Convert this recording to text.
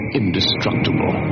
indestructible